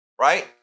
Right